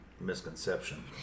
misconception